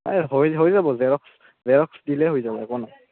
এই হৈ যাব জেৰক্স জেৰক্স দিলেই হৈ যাব একো নাই